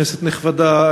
כנסת נכבדה,